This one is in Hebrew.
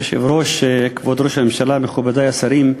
כבוד היושב-ראש, כבוד ראש הממשלה, מכובדי השרים,